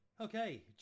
okay